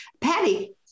Patty